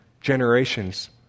generations